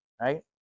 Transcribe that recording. right